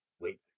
Wait